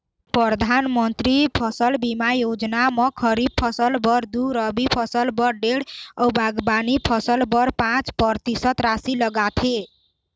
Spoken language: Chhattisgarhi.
परधानमंतरी फसल बीमा योजना म खरीफ फसल बर दू, रबी फसल बर डेढ़ अउ बागबानी फसल बर पाँच परतिसत रासि लागथे